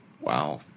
Wow